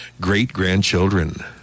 great-grandchildren